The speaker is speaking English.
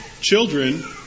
Children